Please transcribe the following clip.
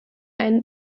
einem